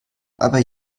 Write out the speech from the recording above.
aber